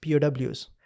pow's